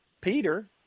Peter